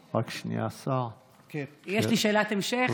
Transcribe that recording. יש לי שאלת המשך.